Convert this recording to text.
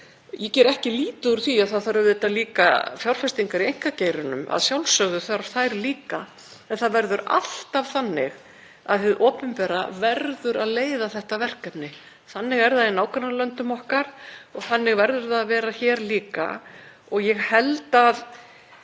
Ég geri ekki lítið úr því að það þurfi auðvitað líka fjárfestingar í einkageiranum, að sjálfsögðu þarf þær líka. En það verður alltaf þannig að hið opinbera verður að leiða þetta verkefni. Þannig er það í nágrannalöndum okkar og þannig verður það að vera hér líka. Ég held að